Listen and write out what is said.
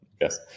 Yes